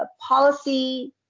policy